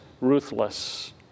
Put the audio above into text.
ruthless